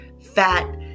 fat